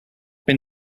been